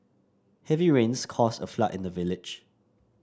heavy rains caused a flood in the village